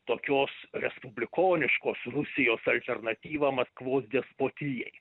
tokios respublikoniškos rusijos alternatyvą maskvos despotijai